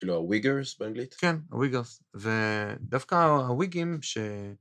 כאילו הוויגרס באנגלית כן הוויגרס ודווקא הוויגים ש..